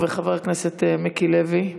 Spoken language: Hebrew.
חבר הכנסת מיקי לוי.